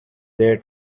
there